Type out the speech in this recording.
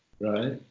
right